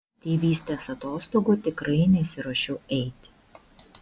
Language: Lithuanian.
tėvystės atostogų tikrai nesiruošiu eiti